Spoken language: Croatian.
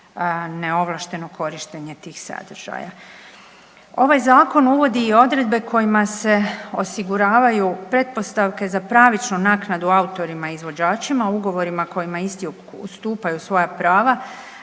neovlašteno korištenje tih sadržaja. Ovaj zakon uvodi i odredbe kojima se osiguravaju pretpostavke za pravičnu naknadu autorima izvođačima ugovorima kojima … stupaju svoja prava